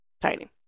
tiny